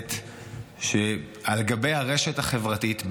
כנסת שברשת החברתית,